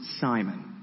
Simon